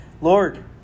Lord